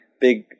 big